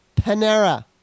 Panera